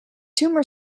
tumour